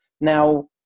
Now